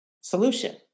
solution